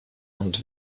und